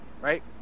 right